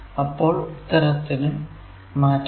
അപ്പോൾ ഉത്തരത്തിനും മാറ്റമില്ല